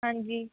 ਹਾਂਜੀ